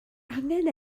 angen